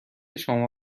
شما